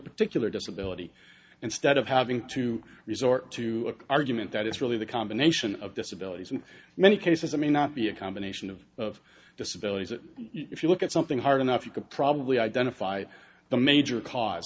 particular disability instead of having to resort to argument that it's really the combination of disability in many cases it may not be a combination of of disability that if you look at something hard enough you could probably identify the major cause